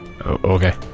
Okay